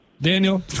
Daniel